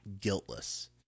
guiltless